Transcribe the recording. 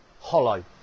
hollow